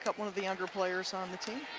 one of the younger players on the team